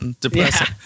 depressing